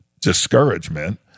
discouragement